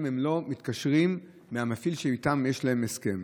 הם לא מתקשרים מהמפעיל שאיתו יש להם הסכם.